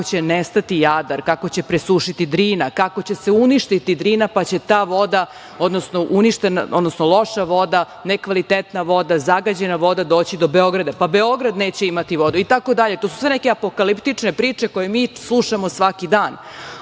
kako će nestati Jadar, kako će presušiti Drina, kako će se uništiti Drina, pa će ta voda, odnosno loša voda, nekvalitetna voda, zagađena voda doći do Beograda, pa Beograd neće imati vodu, itd. To su sve neke apokaliptične priče koje mi slušamo svaki dan.